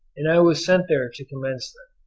and i was sent there to commence them.